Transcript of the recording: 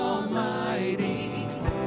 Almighty